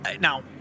now